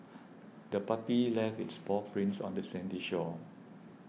the puppy left its paw prints on the sandy shore